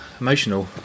emotional